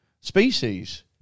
species